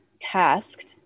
tasked